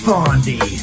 Fondy